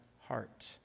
heart